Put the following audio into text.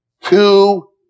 two